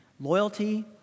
loyalty